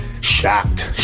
Shocked